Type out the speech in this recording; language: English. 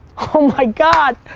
ah my god!